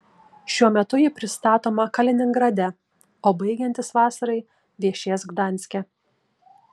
šiuo metu ji pristatoma kaliningrade o baigiantis vasarai viešės gdanske